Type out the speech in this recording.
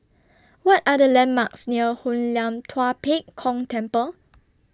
What Are The landmarks near Hoon Lam Tua Pek Kong Temple